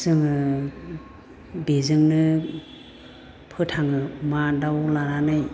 जोङो बेजोंनो फोथाङो अमा दाव लानानै